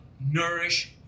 nourish